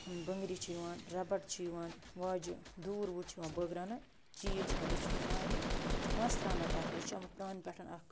بٕنٛگرِ چھِ یِوان رَبَڈ چھِ یِوان واجہٕ دوٗر ووٗر چھِ یِوان بٲگٕراونہٕ چیٖز چھِ یِوان بیٚیہِ چھِ یِوان مہِرِنہِ مَس تراونہٕ تَتھ منٛز یہِ چھُ آمُت پرانہِ پٮ۪ٹھ اَکھ